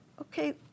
okay